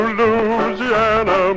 Louisiana